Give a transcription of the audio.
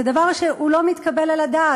זה דבר שהוא לא מתקבל על הדעת.